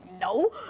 no